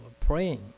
praying